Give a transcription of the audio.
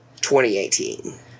2018